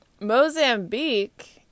Mozambique